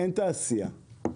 אין תעשיה,